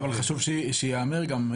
אבל חשוב שייאמר גם,